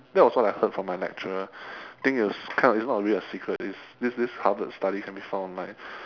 that was what I heard from my lecturer think it's kind of it's not really a secret is this this harvard studies can be found online